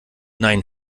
nein